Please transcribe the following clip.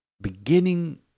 beginning